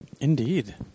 Indeed